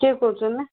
କିଏ କହୁଛନ୍ତି